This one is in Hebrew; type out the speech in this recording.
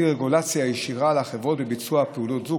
רגולציה ישירה על החברות בביצוע פעילות זו.